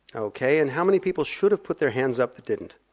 okay. and how many people should've put their hands up that didn't?